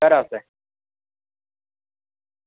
घरा आस्तै